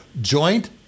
Joint